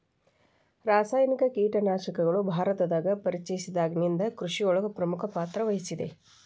ರಾಸಾಯನಿಕ ಕೇಟನಾಶಕಗಳು ಭಾರತದಾಗ ಪರಿಚಯಸಿದಾಗನಿಂದ್ ಕೃಷಿಯೊಳಗ್ ಪ್ರಮುಖ ಪಾತ್ರವಹಿಸಿದೆ